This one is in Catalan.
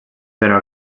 però